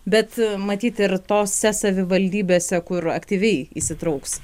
bet matyt ir tose savivaldybėse kur aktyviai įsitrauks